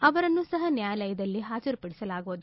ಅವರನ್ನೂ ಸಹ ನ್ಯಾಯಾಲಯದಲ್ಲಿ ಹಾಜರು ಪಡಿಸಲಾಗುವುದು